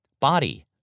Body